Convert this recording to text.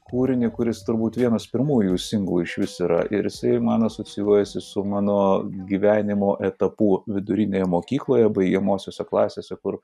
kūrinį kuris turbūt vienas pirmųjų jų singlų išvis yra ir jisai man asocijuojasi su mano gyvenimo etapu vidurinėje mokykloje baigiamosiose klasėse kur